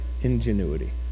ingenuity